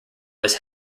was